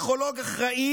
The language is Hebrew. אחרי